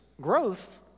growth